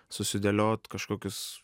susidėliot kažkokius